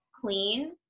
clean